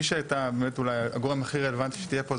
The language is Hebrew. מי שהייתה באמת אולי הגורם הכי רלוונטי שתהיה פה,